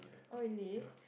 oh really